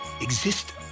exist